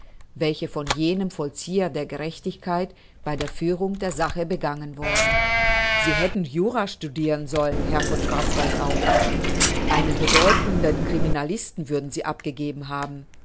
welche von jenem vollzieher der gerechtigkeit bei führung der sache begangen worden sie hätten jura studiren sollen herr von schwarzwaldau einen bedeutenden criminalisten würden sie abgegeben haben